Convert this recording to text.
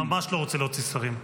אני ממש לא רוצה להוציא שרים.